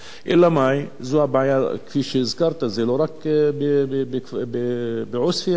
זו הבעיה, כפי שהזכרת, זה לא רק בעוספיא, בכל כפר